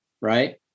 right